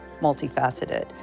multifaceted